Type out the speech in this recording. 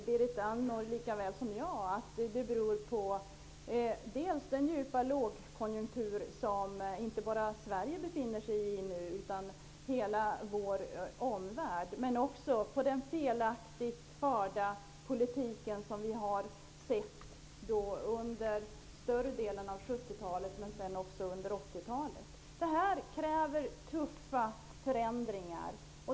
Berit Andnor vet lika väl som jag att det dels beror på den djupa lågkonjunktur som inte bara Sverige befinner sig i utan även hela vår omvärld, dels på den felaktigt förda politiken under större delen av 70-talet och också under 80-talet. Detta kräver tuffa förändringar.